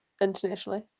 internationally